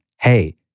Hey